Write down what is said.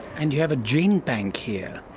and you have a gene bank here.